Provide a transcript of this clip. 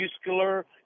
muscular